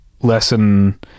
lesson